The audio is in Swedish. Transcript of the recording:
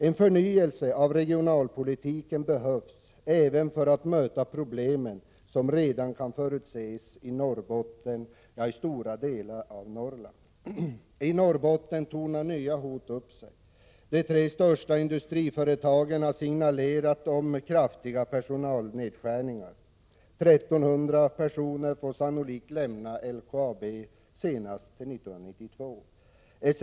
En förnyelse av regionalpolitiken behövs även för att möta de problem som redan kan förutses i Norrbotten, ja, i stora delar av Norrland. I Norrbotten tornar nya hot upp sig. De tre största industriföretagen har signalerat om kraftiga personalnedskärningar. 1 300 personer får sannolikt lämna LKAB senast 1992.